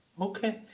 Okay